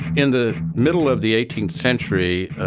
in the middle of the eighteenth century,